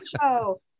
show